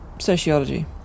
Sociology